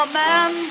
man